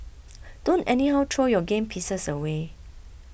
don't anyhow throw your game pieces away